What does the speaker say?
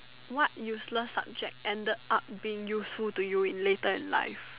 what useless subject ended up being useful to you in later in life